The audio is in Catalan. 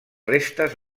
restes